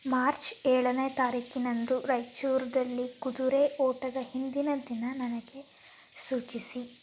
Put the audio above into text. March ಏಳನೇ ತಾರೀಖಿನಂದು ರಾಯಚೂರ್ನಲ್ಲಿ ಕುದುರೆ ಓಟದ ಹಿಂದಿನ ದಿನ ನನಗೆ ಸೂಚಿಸಿ